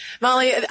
Molly